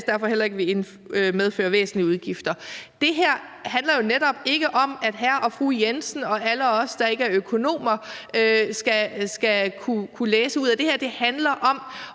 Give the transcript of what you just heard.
derfor ikke at ville medføre væsentlige udgifter ...« Det her handler jo netop ikke om, at hr. og fru Jensen og alle os, der ikke er økonomer, skal kunne læse noget ud af det her. Det handler om